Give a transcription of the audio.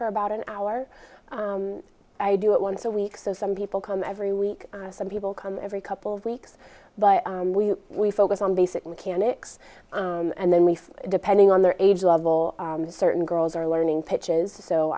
for about an hour i do it once a week so some people come every week some people come every couple of weeks but we focus on basic mechanics and then we depending on their age level and certain girls are learning pitches so